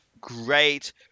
great